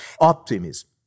Optimism